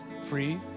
free